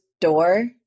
door